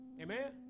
Amen